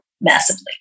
massively